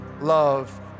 love